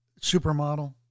Supermodel